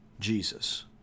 Jesus